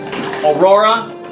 Aurora